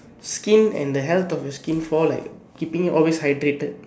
skin and the health of your skin fall like keeping you always hydrated